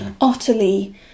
utterly